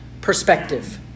perspective